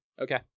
Okay